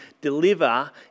deliver